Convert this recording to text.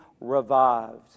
revived